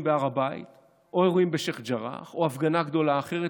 בהר הבית או אירועים בשייח' ג'ראח או הפגנה גדולה אחרת.